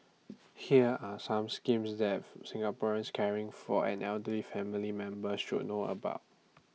here are some schemes that Singaporeans caring for an elderly family member should know about